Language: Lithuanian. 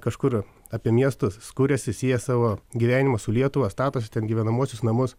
kažkur apie miestus kuriasi sieja savo gyvenimą su lietuva statosi ten gyvenamuosius namus